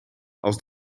als